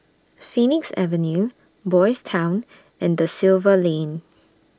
Phoenix Avenue Boys' Town and DA Silva Lane